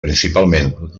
principalment